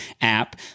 app